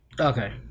Okay